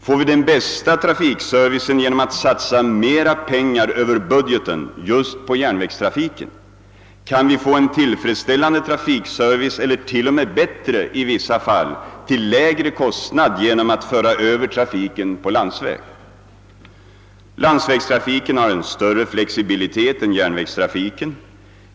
Får vi den bästa trafikservicen genom att satsa mera pengar över budgeten just på järnvägstrafiken? Kan vi få en tillfredsställande trafikservice eller t.o.m. bättre i vissa fall till lägre kostnad genom att föra över trafiken till landsväg? Landsvägstrafiken har en större flexibilitet än järnvägstrafiken.